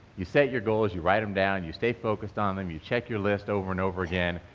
you set your goals, you write them down, you stay focused on them, you check your list over and over again,